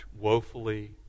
woefully